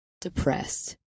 depressed